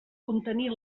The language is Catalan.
contenir